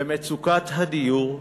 במצוקת הדיור,